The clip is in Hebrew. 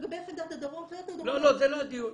לגבי חמדת הדרום --- לא, לא, זה לא הדיון.